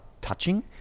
touching